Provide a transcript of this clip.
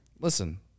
Listen